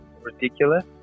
ridiculous